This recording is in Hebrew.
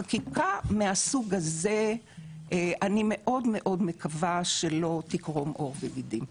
חקיקה מהסוג הזה אני מאוד מאוד מקווה שלא תקרום עור וגידים.